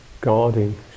guarding